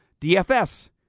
DFS